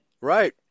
Right